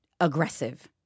aggressive